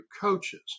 coaches